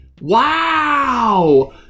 Wow